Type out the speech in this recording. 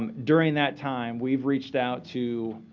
um during that time, we've reached out to,